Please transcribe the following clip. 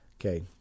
Okay